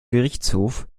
gerichtshof